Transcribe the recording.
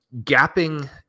gapping